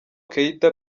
keïta